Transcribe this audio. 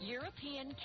European